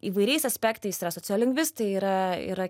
įvairiais aspektais yra sociolingvistai yra yra